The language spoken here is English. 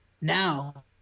now